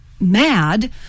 mad